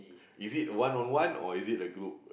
is it one on one or is it a group